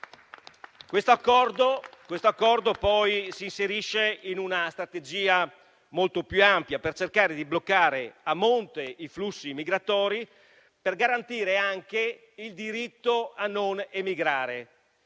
Questo accordo poi si inserisce in una strategia molto più ampia, per cercare di bloccare a monte i flussi migratori, per garantire anche il diritto a non emigrare,